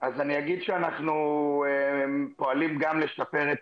אז אני אגיד שאנחנו פועלים גם לשפר את